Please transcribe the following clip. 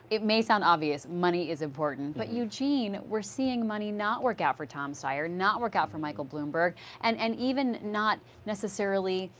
it may sound obvious, money is important but eugene, we are seeing money not work out for tom steyer, not work out for michael bloomberg and and even not necessarily